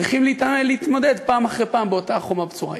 צריכים להתמודד פעם אחרי פעם מול אותה חומה בצורה.